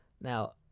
Now